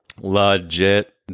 legit